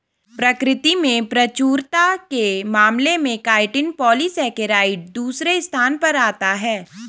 प्रकृति में प्रचुरता के मामले में काइटिन पॉलीसेकेराइड दूसरे स्थान पर आता है